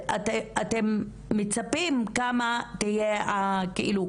אתם מצפים כמה תהיה העלייה.